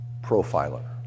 Profiler